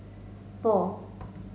four